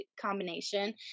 combination